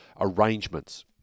arrangements